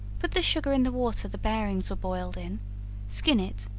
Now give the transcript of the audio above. put the sugar in the water the parings were boiled in skin it,